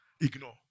Ignore